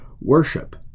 worship